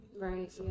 Right